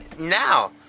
now